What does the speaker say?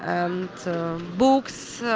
um so books,